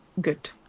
good